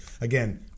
Again